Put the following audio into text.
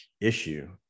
issue